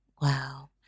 Wow